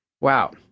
Wow